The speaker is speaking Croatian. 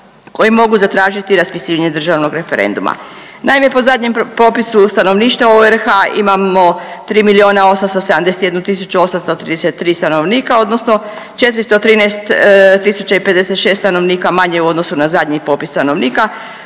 koji mogu zatražiti raspisivanje državnog referenduma. Naime, po zadnjem popisu stanovništva u RH imamo 3.871.833 stanovnika odnosno 413.056 stanovnika manje u odnosu na zadnji popis stanovnika